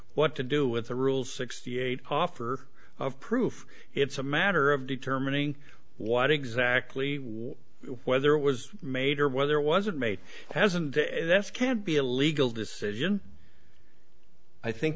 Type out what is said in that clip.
what to do with the rules sixty eight offer of proof it's a matter of determining what exactly what whether it was made or whether it wasn't made hasn't this can't be a legal decision i think